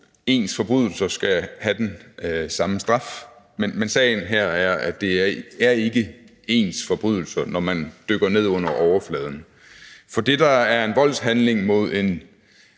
ens forbrydelser skal give den samme straf, men sandheden her er, at det ikke er ens forbrydelser, når man dykker ned under overfladen. For det, der er en voldshandling mod